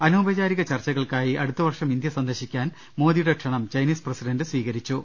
അനൌപചാരിക ചർച്ചകൾക്കായി അടുത്ത വർഷം ഇന്ത്യ സന്ദർശിക്കാൻ മോദിയുടെ ക്ഷണം ചൈനീസ് പ്രസിഡന്റ് സ്വീകരിച്ചു